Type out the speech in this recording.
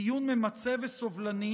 דיון ממצה וסובלני,